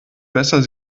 besser